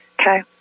Okay